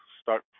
start